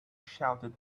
shouted